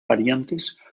variantes